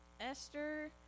Esther